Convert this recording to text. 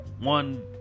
One